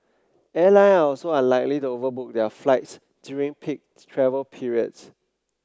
airline are also unlikely to overbook their flights during peak travel periods